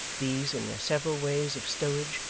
these, in their several ways of stowage,